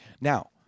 Now